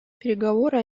переговоры